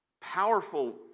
powerful